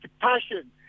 passion